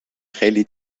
خیلی